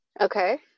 Okay